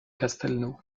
castelnau